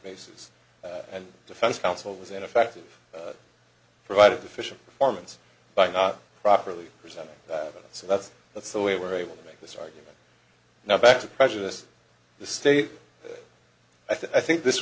bases and defense counsel was ineffective provided official performance by not properly presented so that's that's the way we're able to make this argument now back to prejudice the state i think this